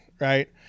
right